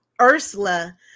Ursula